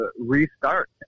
restart